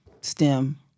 STEM